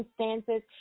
circumstances